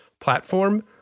platform